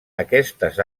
aquestes